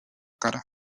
cara